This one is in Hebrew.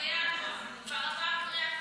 כבר עבר קריאה טרומית,